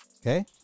Okay